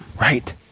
Right